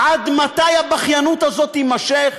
עד מתי הבכיינות הזאת תימשך?